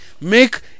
Make